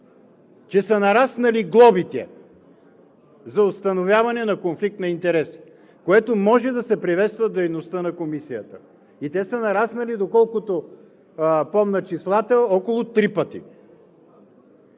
че са нараснали глобите за установяване на конфликт на интереси, което може да се приветства в дейността на Комисията. Те са нараснали, доколкото помня числата, около три пъти.